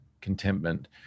contentment